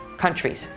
countries